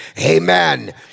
amen